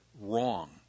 wrong